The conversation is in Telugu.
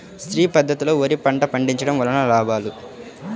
శ్రీ పద్ధతిలో వరి పంట పండించడం వలన లాభాలు?